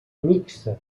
mixta